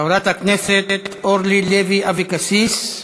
חברת הכנסת אורלי לוי אבקסיס,